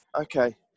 Okay